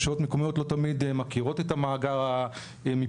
רשויות מקומיות לא תמיד מכירות את המאגר המיפוי